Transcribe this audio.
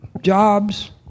jobs